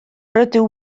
rydw